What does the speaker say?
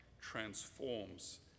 transforms